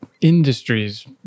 industries